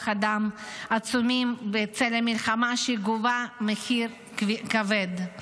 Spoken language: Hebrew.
אדם עצומים בצל מלחמה שגובה מחיר כבד.